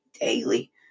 daily